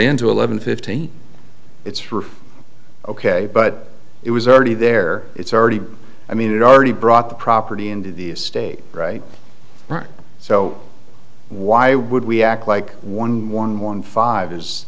into eleven fifty it's for ok but it was already there it's already i mean it already brought the property into the state right so why would we act like one one one five